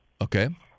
Okay